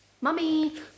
mummy